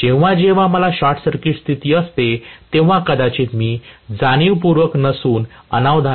म्हणूनच जेव्हा जेव्हा मला शॉर्ट सर्किटची स्थिती असते तेव्हा कदाचित मी जाणीवपूर्वक नसून अनवधानाने येथे पोहोचू शकेन